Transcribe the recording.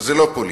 אז זה לא פוליטי.